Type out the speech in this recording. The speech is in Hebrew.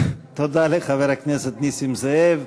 תודה לחבר הכנסת נסים זאב.